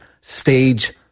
stage